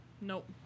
Nope